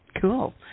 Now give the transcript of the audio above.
Cool